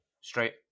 straight